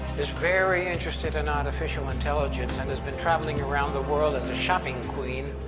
is very interested in artificial intelligence and has been travelling around the world as a shopping queen,